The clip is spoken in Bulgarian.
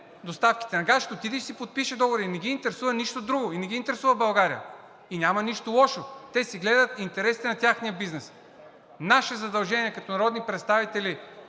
доставките на газ, ще отиде и ще си подпише договора. Не ги интересува нищо друго и не ги интересува България, и няма нищо лошо, те си гледат интересите на техния бизнес. Наше задължение като народни представители